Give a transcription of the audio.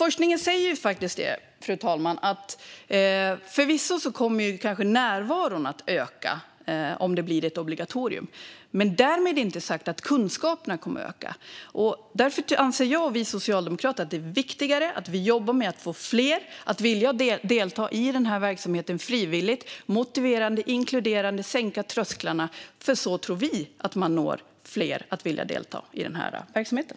Forskningen säger att närvaron förvisso kanske kommer att öka om det blir ett obligatorium, men därmed inte sagt att kunskaperna kommer att öka. Därför anser jag och vi socialdemokrater att det är viktigare att vi jobbar med att få fler att frivilligt delta i den här verksamheten, vilken ska vara motiverande och inkluderande och sänka trösklarna. Så tror vi att man når fler som vill delta i verksamheten.